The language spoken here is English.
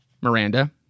Miranda